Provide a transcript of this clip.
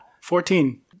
Fourteen